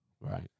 Right